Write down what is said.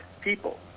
people